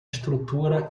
estrutura